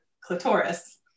clitoris